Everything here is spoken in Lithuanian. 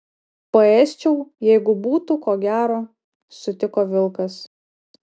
paėsčiau jeigu būtų ko gero sutiko vilkas